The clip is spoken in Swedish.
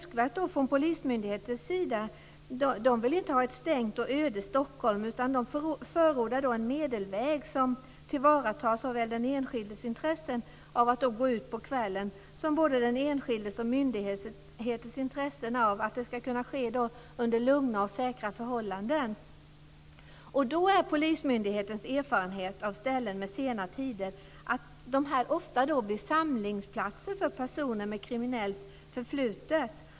Från Polismyndighetens sida vill man inte ha ett stängt och öde Stockholm, utan man förordar en medelväg som tillvaratar så väl den enskildes intresse av att gå ut på kvällen som både den enskildes och myndigheternas intresse av att det ska kunna ske under lugna och säkra förhållanden. Polismyndighetens erfarenheter av ställen med sena tider är att de ofta blir samlingsplatser för personer med kriminellt förflutet.